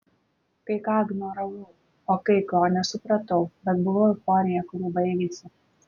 kai ką ignoravau o kai ko nesupratau bet buvo euforija kuri baigėsi